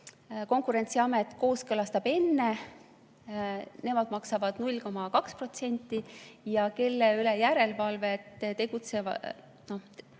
Konkurentsiamet kooskõlastab enne, nemad maksavad 0,2%, ja kelle üle järelevalvet teostatakse